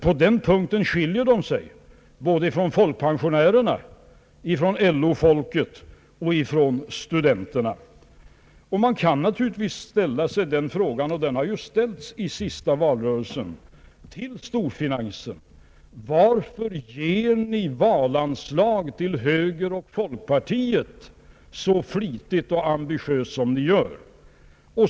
På den punkten skiljer de sig från både folkpensionärer, LO-folket och studenter na. Man kan naturligtvis ställa frågan, och den har ju ställts i sista valrörelsen till storfinansen: Varför ger ni valanslag till högern och folkpartiet så flitigt och ambitiöst som ni gör?